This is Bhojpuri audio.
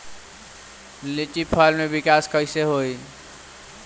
लीची फल में विकास कइसे होई?